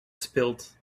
spilled